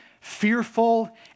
fearful